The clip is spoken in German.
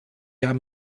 jahr